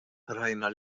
rajna